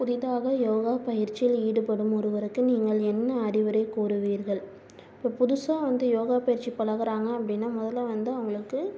புதிதாக யோகா பயிற்சியில் ஈடுபடும் ஒருவருக்கு நீங்கள் என்ன அறிவுரை கூறுவீர்கள் இப்போ புதுசாக வந்து யோகா பயிற்சி பழகுறாங்க அப்படின்னா முதல்ல வந்து அவங்களுக்கு